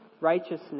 righteousness